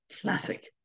classic